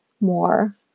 more